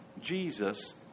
jesus